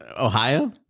Ohio